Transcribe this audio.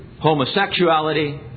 homosexuality